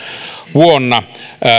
vuonna kaksituhattayhdeksäntoista